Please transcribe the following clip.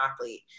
athlete